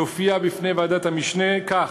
שהופיע בפני ועדת המשנה, כך: